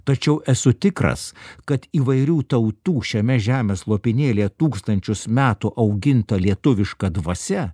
tačiau esu tikras kad įvairių tautų šiame žemės lopinėlyje tūkstančius metų auginta lietuviška dvasia